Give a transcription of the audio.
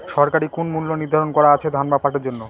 সরকারি কোন মূল্য নিধারন করা আছে ধান বা পাটের জন্য?